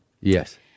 Yes